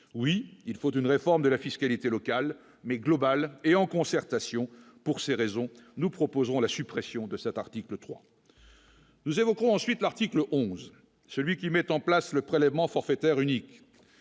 oui il faut une réforme de la fiscalité locale mais globale et en concertation pour ces raisons, nous proposerons la suppression de cet article 3 nous évoquerons ensuite l'article 11 celui qui met en place le prélèvement forfaitaire unique,